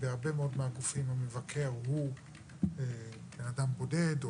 בהרבה מאוד מהגופים המבקר הוא בן אדם בודד,